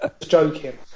joking